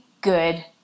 good